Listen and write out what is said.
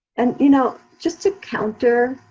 and you know just to counter,